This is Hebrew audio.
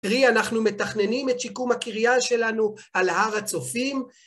רי, אנחנו מתכננים את שיקום הקריאה שלנו על ההר הצופים.